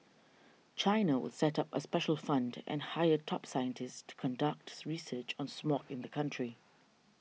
China will set up a special fund and hire top scientists to conduct research on smog in the country